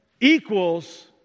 Equals